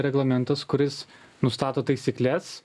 reglamentas kuris nustato taisykles